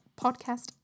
podcast